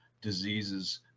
diseases